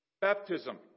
baptism